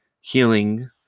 healing